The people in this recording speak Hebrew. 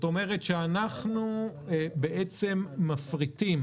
אנחנו בעצם מפריטים